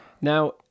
Now